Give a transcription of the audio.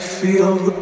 feel